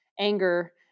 anger